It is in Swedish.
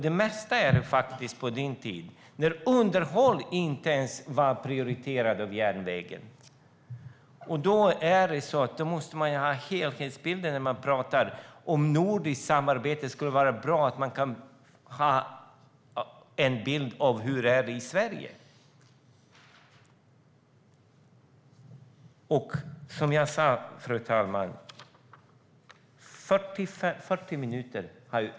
Det mesta av detta skedde under ditt partis regeringstid, Hans Wallmark, då underhåll av järnvägen inte var prioriterat. Man måste se helhetsbilden. När man talar om nordiskt samarbete skulle det vara bra om man hade en bild av hur det är i Sverige. Som jag sa har restiden ökat med 40 minuter.